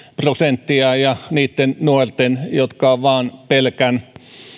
prosenttia ja niitten nuorten jotka ovat vain pelkän